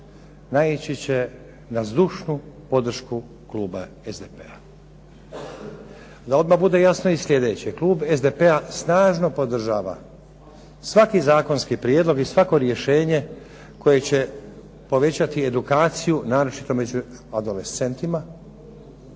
naići će na zdušnu podršku kluba SDP-a. Da odmah bude jasno i sljedeće. Klub SDP-a snažno podržava svaki zakonski prijedlog i svako rješenje koje će povećati edukaciju naročito među adolescentima